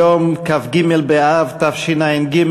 היום כ"ג באב התשע"ג,